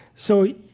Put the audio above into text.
so,